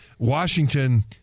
Washington